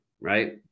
right